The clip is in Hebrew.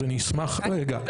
אז אני אשמח רגע.